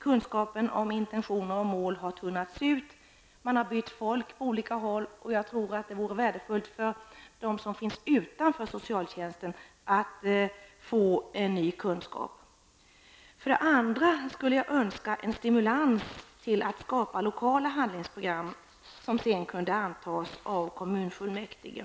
Kunskapen om intentioner och mål har tunnats ut, man har bytt folk på olika håll, och jag tror att det vore värdefullt för dem utanför socialtjänsten att få ny kunskap. För det andra skulle jag önska en stimulans till skapandet av lokala handlingsprogram som sedan kunde antas av kommunfullmäktige.